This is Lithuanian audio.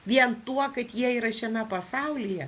vien tuo kad jie yra šiame pasaulyje